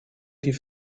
die